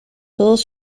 todos